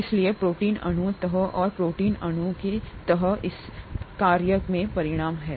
इसलिए प्रोटीन अणु तह और प्रोटीन अणु की तह इसके कार्य में परिणाम है